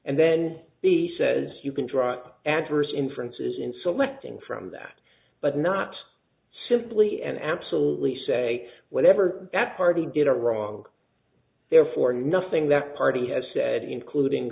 and then he says you can drop adverse inferences in selecting from that but not simply and absolutely say whatever that party did are wrong therefore nothing that party has said including